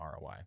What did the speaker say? ROI